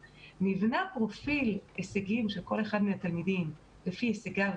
פרופיל הישגים של כל אחד מהתלמידים לפי שאר